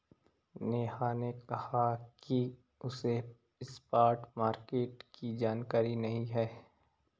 नेहा ने कहा कि उसे स्पॉट मार्केट की जानकारी नहीं है